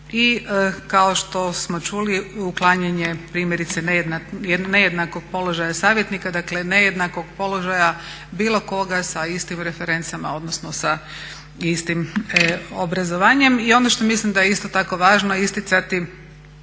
i kao što smo čuli uklanjanje primjerice nejednakog položaja savjetnika dakle nejednakog položaja bilo koga sa istim referencama odnosno sa istim obrazovanjem. I ono što mislim da je isto tako važno isticati